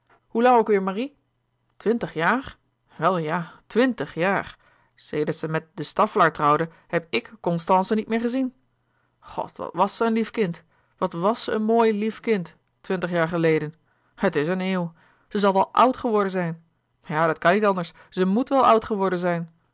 hoe lang ook weêr marie twintig jaar wel ja twintig jaar sedert ze met de staffelaer trouwde heb ik constance niet meer gezien god wat was ze een lief kind wat was ze een mooi lief kind twintig jaar geleden het is een eeuw ze zal wel oud geworden zijn ja dat kan niet anders ze moet wel oud geworden zijn